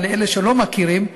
אבל לאלה שלא מכירים,